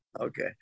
Okay